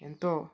ఎంతో